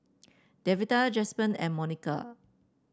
Devante Jasper and Monika